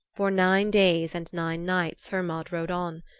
for nine days and nine nights hermod rode on.